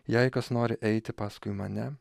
jei kas nori eiti paskui mane